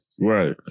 Right